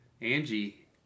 Angie